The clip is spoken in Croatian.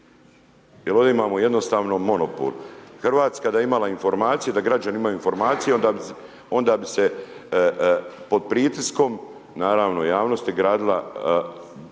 Jer ovdje imamo jednostavno monopol. RH da je imala informaciju, da građani imaju informaciju onda bi se pod pritiskom, naravno, javnosti gradila mreža